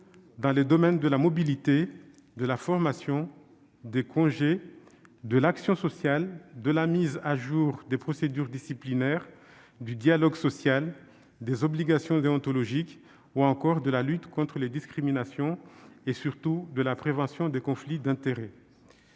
dans les domaines de la mobilité, de la formation, des congés, de l'action sociale, de la mise à jour des procédures disciplinaires, du dialogue social, des obligations déontologiques, de la lutte contre les discriminations et, surtout, de la prévention des conflits d'intérêts.